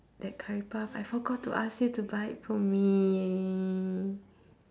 that curry puff I forgot to ask you to buy it for me